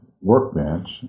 workbench